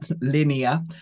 linear